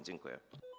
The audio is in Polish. Dziękuję.